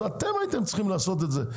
אתם הייתם צריכים לעשות את זה.